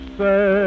say